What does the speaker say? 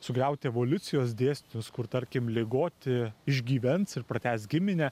sugriauti evoliucijos dėsnius kur tarkim ligoti išgyvens ir pratęs giminę